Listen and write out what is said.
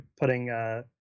putting